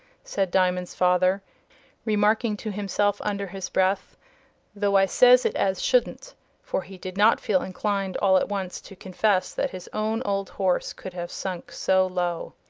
said diamond's father remarking to himself under his breath though i says it as shouldn't for he did not feel inclined all at once to confess that his own old horse could have sunk so low.